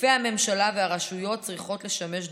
גופי הממשלה והרשויות צריכים לשמש דוגמה.